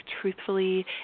truthfully